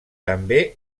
també